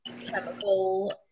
chemical